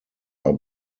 are